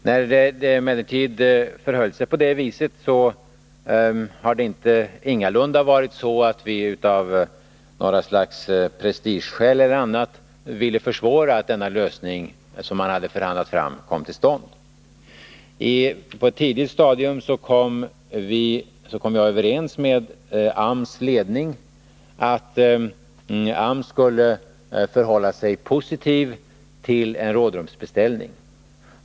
Vi har emellertid ingalunda av prestigeskäl eller andra skäl velat försvåra att den lösning som man på det sättet förhandlat fram genomfördes. På ett tidigt stadium kom jag överens med AMS ledning att AMS skulle förhålla sig positivt till en rådrumbeställning.